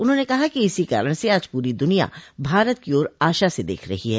उन्होंने कहा कि इसी कारण से आज पूरी दुनिया भारत की ओर आशा से देख रही है